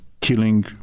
killing